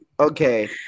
Okay